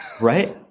Right